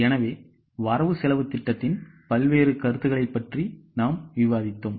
எனவேவரவு செலவுத் திட்டத்தின்பல்வேறு கருத்துகளைப் பற்றி விவாதித்தோம்